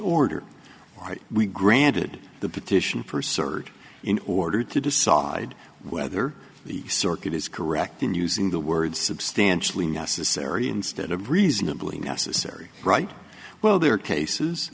order right we granted the petition for cert in order to decide whether the circuit is correct in using the word substantially necessary instead of reasonably necessary right well there are cases